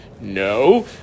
No